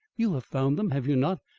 you have found them, have you not,